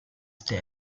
since